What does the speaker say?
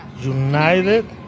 United